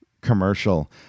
commercial